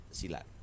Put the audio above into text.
silat